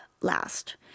last